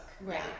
right